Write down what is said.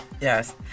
yes